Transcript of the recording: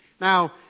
Now